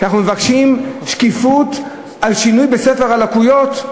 שאנחנו מבקשים שקיפות על שינוי בספר הלקויות,